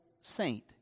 saint